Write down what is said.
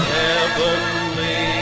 heavenly